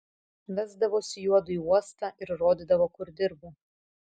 vesdavosi juodu į uostą ir rodydavo kur dirba